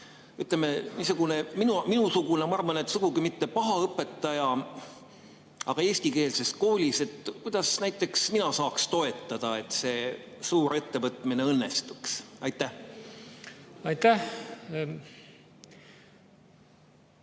Ütleme, minusugune, ma arvan, et sugugi mitte paha õpetaja, aga eestikeelses koolis, kuidas näiteks mina saaks toetada, et see suur ettevõtmine õnnestuks? Hea